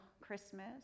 Christmas